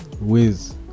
Wiz